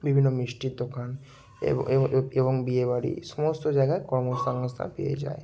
বিভিন্ন মিষ্টির দোকান এব এবং এ এবং বিয়েবাড়ি সমস্ত জাগায় কর্মসংস্থান পেয়ে যায়